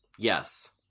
Yes